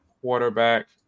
quarterback